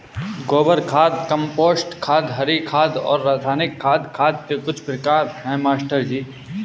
गोबर खाद कंपोस्ट खाद हरी खाद और रासायनिक खाद खाद के कुछ प्रकार है मास्टर जी